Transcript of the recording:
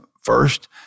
first